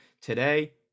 today